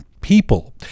people